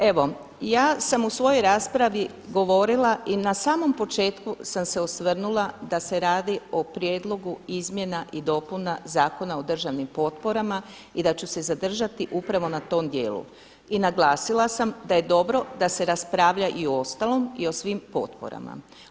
Evo, ja sam u svojoj raspravi govorila i na samom početku sam se osvrnula da se radi o Prijedlogu izmjena i dopuna zakona o državnim potporama i da ću se zadržati upravo na tom dijelu I naglasila sam da je dobro da se raspravlja i uostalom i o svim potporama.